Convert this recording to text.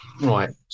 right